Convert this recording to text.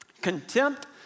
Contempt